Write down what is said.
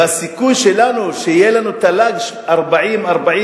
והסיכוי שלנו שיהיה לנו תל"ג של 40,000,